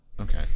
Okay